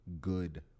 good